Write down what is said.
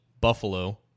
Buffalo